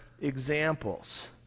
examples